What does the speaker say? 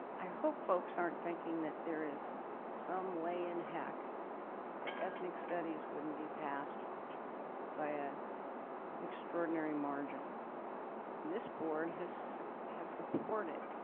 i hope folks aren't thinking that there is some way in heck the ethnic studies wouldn't be passed by the ah extraordinary margin this board has has supported.